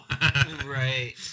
Right